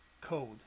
code